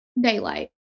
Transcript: daylight